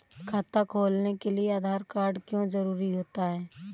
खाता खोलने के लिए आधार कार्ड क्यो जरूरी होता है?